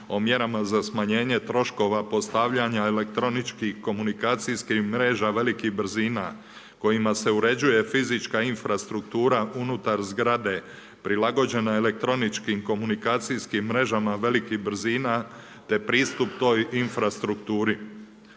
o mjerama za smanjenje troškova postavljanja elektroničkih komunikacijskih mreža velikih brzina kojima se uređuje fizička infrastruktura unutar zgrade prilagođena elektroničkim komunikacijskim mrežama velikih brzina te pristup toj infrastrukturi,